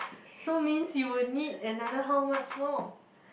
so means you would need another how much more